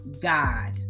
God